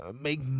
make